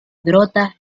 brota